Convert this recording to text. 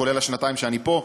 כולל השנתיים שאני פה,